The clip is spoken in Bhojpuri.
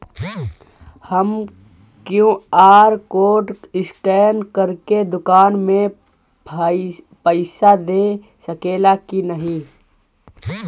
हम क्यू.आर कोड स्कैन करके दुकान में पईसा दे सकेला की नाहीं?